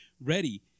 ready